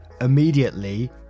immediately